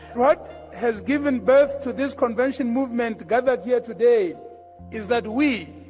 what has given birth to this convention movement gathered here today is that we,